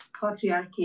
patriarchy